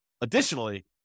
additionally